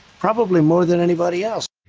probably more than anybody else.